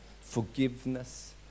Forgiveness